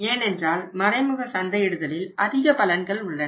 ஏனென்றால் மறைமுக சந்தையிடுதலில் அதிகப் பலன்கள் உள்ளன